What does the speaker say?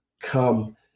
come